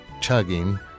chugging